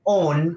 own